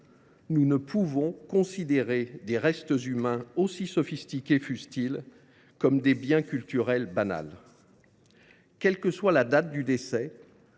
Nous ne pouvons considérer des restes humains, aussi sophistiqués fussent ils, comme des biens culturels banals. Quelle que soit la date du décès,